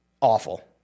Awful